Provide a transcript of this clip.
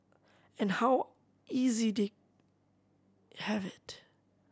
and how easy they have it